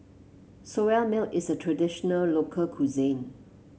Soya Milk is a traditional local cuisine